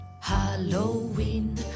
Halloween